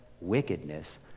wickedness